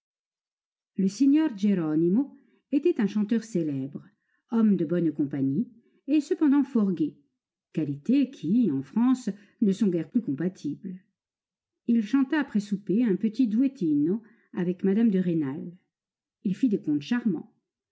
le signor geronimo était un chanteur célèbre homme de bonne compagnie et cependant fort gai qualités qui en france ne sont guère plus compatibles il chanta après souper un petit duettino avec mme de rênal il fit des contes charmants